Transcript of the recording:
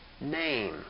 name